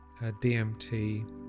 DMT